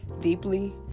deeply